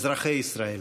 אזרחי ישראל,